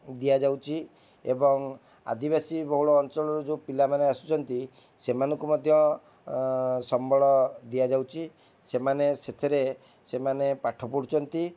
ଦିଆଯାଉଛି ଏବଂ ଆଦିବାସୀ ବହୁଳ ଅଞ୍ଚଳରୁ ଯେଉଁ ପିଲାମାନେ ଆସୁଛନ୍ତି ସେମାନଙ୍କୁ ମଧ୍ୟ ସମ୍ବଳ ଦିଆଯାଉଛି ସେମାନେ ସେଥିରେ ସେମାନେ ପାଠ ପଢୁଛନ୍ତି